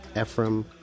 Ephraim